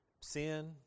Sin